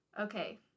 Okay